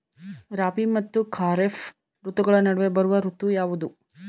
ರಾಬಿ ಮತ್ತು ಖಾರೇಫ್ ಋತುಗಳ ನಡುವೆ ಬರುವ ಋತು ಯಾವುದು?